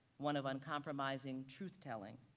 one of uncompromising truth telling,